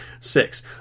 Six